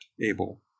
able